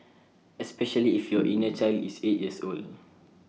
especially if your inner child is eight years old